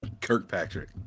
Kirkpatrick